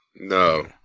No